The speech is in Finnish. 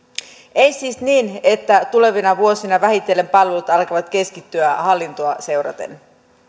ei siis niin että tulevina vuosina vähitellen palvelut alkavat keskittyä hallintoa seuraten